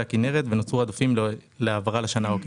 הכנרת ונוצרו עודפים להעברה לשנה העוקבת.